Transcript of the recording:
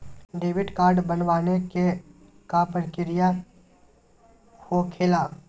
Debit card बनवाने के का प्रक्रिया होखेला?